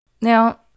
Now